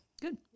good